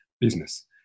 business